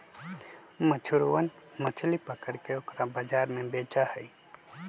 मछुरवन मछली पकड़ के ओकरा बाजार में बेचा हई